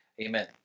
Amen